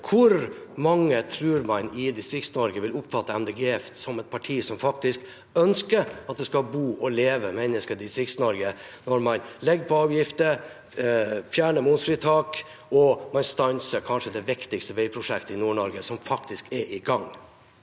Hvor mange i Distrikts-Norge tror man vil oppfatte Miljøpartiet De Grønne som et parti som faktisk ønsker at det skal bo og leve mennesker i Distrikts-Norge, når man legger på avgifter, fjerner momsfritak og stanser kanskje det viktigste veiprosjektet i Nord-Norge, som faktisk er i gang?